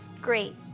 Great